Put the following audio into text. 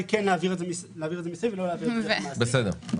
בסדר.